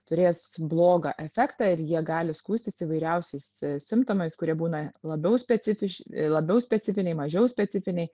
turės blogą efektą ir jie gali skųstis įvairiausiais simptomais kurie būna labiau specifiš labiau specifiniai mažiau specifiniai